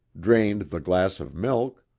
drained the glass of milk,